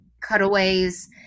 cutaways